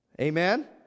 Amen